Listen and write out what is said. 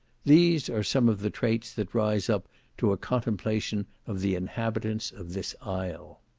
these are some of the traits that rise up to a contemplation of the inhabitants of this isle.